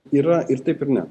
yra ir taip ir ne